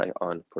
on